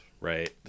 right